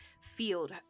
field